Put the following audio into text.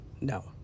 No